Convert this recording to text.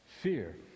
fear